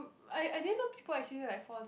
I I didn't know people actually like fall sick